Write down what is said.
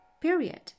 period